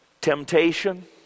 Temptation